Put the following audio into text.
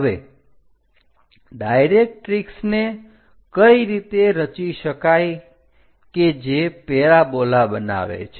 હવે ડાયરેક્ટરીક્ષને કઈ રીતે રચી શકાય કે જે પેરાબોલા બનાવે છે